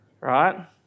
Right